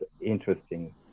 interesting